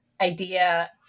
idea